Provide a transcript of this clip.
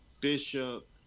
Bishop